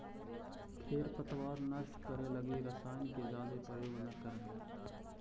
खेर पतवार नष्ट करे लगी रसायन के जादे प्रयोग न करऽ